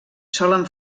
solen